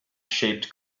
shaped